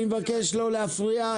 אני מבקש לא להפריע,